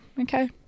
Okay